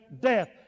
death